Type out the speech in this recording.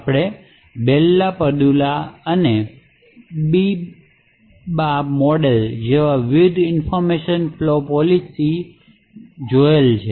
આપણે Bell LaPadula અને B I B A model જેવી વિવિધ ઇન્ફોર્મેશન ફલો પોલિસી જોયેલી છે